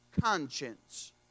conscience